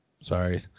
sorry